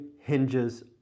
hinges